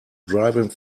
driving